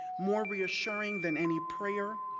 more reassuring than any prayer,